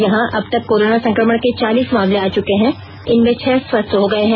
यहां अब तक कोरोना संक्रमण के चालीस मामले आ चुके हैं इनमें छह स्वस्थ हो गए हैं